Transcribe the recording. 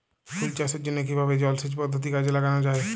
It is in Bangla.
ফুল চাষের জন্য কিভাবে জলাসেচ পদ্ধতি কাজে লাগানো যাই?